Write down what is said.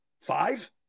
Five